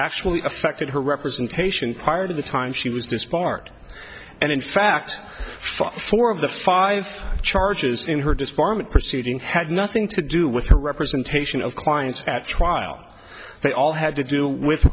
actually affected her representation prior to the time she was disbarred and in fact four of the five charges in her disbarment proceeding had nothing to do with her representation of clients at trial they all had to do with